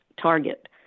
target